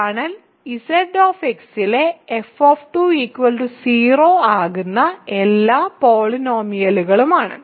kernel Zx ലെ f 0 ആകുന്ന എല്ലാ പോളിനോമിയലുകളാണ്